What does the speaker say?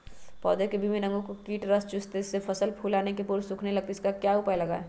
पौधे के विभिन्न अंगों से कीट रस चूसते हैं जिससे फसल फूल आने के पूर्व सूखने लगती है इसका क्या उपाय लगाएं?